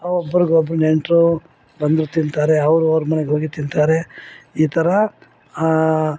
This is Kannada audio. ಒಬ್ರಗೊಬ್ರು ನೆಂಟರು ಬಂದರು ತಿಂತಾರೆ ಅವರು ಅವ್ರ ಮನೆಗೋಗಿ ತಿಂತಾರೆ ಈ ಥರಾ